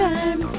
Time